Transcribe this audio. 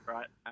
Right